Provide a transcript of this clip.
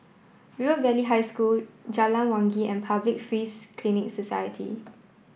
River Valley High School Jalan Wangi and Public Free Clinic Society